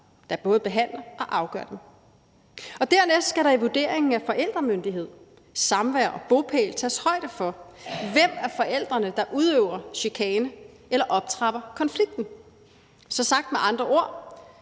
der både behandler og afgør dem. Dernæst skal der ved vurderingen af forældremyndighed, samvær og bopæl tages højde for, hvem af forældrene der udøver chikane eller optrapper konflikten. Sagt med andre ord: